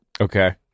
Okay